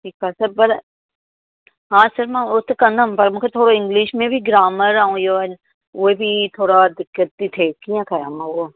ठीकु आहे त पर हा सर मां उहो त कंदमि पर मूंखे थोरो इंग्लिश में बि ग्रामर ऐं इहो आहिनि उहे बि थोरो दिक़त थी थिए कीअं कयां मां उहो